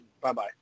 bye-bye